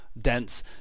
dense